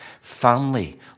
family